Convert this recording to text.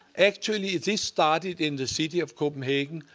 actually, this started in the city of copenhagen.